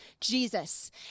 Jesus